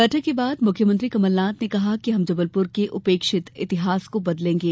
बैठक के बाद मुख्यमंत्री कमलनाथ ने कहा कि हम जबलपुर के उपेक्षित इतिहास को बदलेंगे